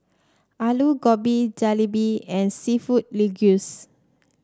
Alu Gobi Jalebi and seafood